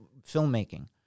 filmmaking